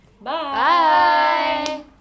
Bye